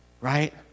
right